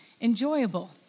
enjoyable